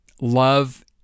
love